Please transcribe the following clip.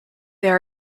there